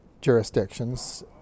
jurisdictions